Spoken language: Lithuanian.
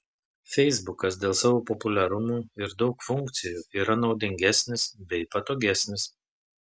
feisbukas dėl savo populiarumo ir daug funkcijų yra naudingesnis bei patogesnis